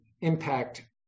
impact